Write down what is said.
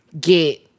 Get